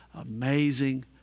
amazing